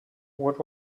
what